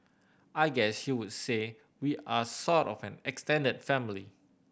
I guess you would say we are sort of an extended family